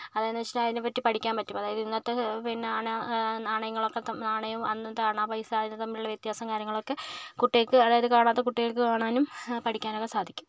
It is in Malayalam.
അതെന്ന് വച്ചിട്ടുണ്ടെങ്കിൽ അതിനെ പറ്റി പഠിക്കാൻ പറ്റും അതായത് ഇന്നത്തെ പിന്നെ അണ നാണയങ്ങളൊക്കെ തമ്മി നാണയം അന്നത്തെ അണ പൈസ ഇത് തമ്മിലുള്ള വ്യത്യസവും കാര്യങ്ങളൊക്കെ കുട്ടികൾക്ക് അതായത് കാണാത്ത കുട്ടികൾക്ക് കാണാനും പഠിക്കാനുമൊക്കെ സാധിക്കും